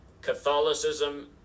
Catholicism